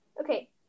Okay